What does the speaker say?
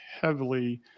heavily